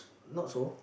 not so